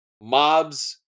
mobs